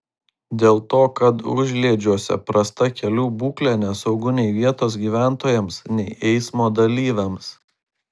dėl to kad užliedžiuose prasta kelių būklė nesaugu nei vietos gyventojams nei eismo dalyviams